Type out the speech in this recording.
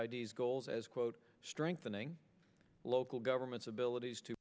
d s goals as quote strengthening local governments abilities to